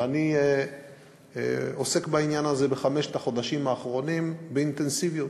ואני עוסק בעניין הזה בחמשת החודשים האחרונים באינטנסיביות.